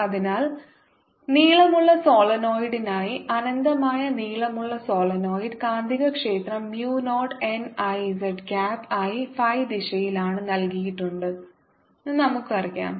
അതിനാൽ നീളമുള്ള സോളിനോയിഡിനായി അനന്തമായ നീളമുള്ള സോളിനോയിഡ് കാന്തികക്ഷേത്രം mu naught n I z cap ആയി phi ദിശയിലാണ് നൽകിയിട്ടുണ്ടെന്ന് നമുക്കറിയാം